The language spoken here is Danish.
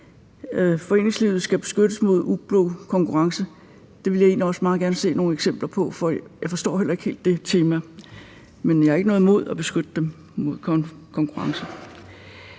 Foreningslivet skal beskyttes imod ublu konkurrence. Det ville jeg egentlig også meget gerne se nogle eksempler på, for jeg forstår heller ikke helt det tema, men jeg har ikke noget imod at beskytte dem imod konkurrence.